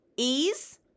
Ease